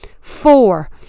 four